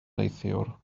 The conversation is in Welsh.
neithiwr